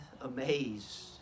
amazed